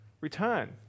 Return